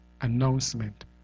announcement